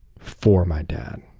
for my dad,